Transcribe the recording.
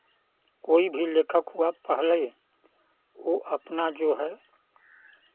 कोई भी लेखक हुआ पहले वो अपना जो है